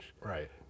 Right